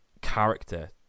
character